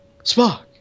Spock